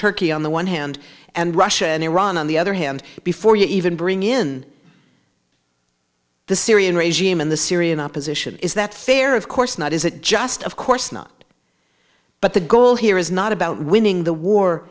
turkey on the one hand and russia and iran on the other hand before you even bring in the syrian regime in the syrian opposition is that fair of course not is it just of course not but the goal here is not about winning the war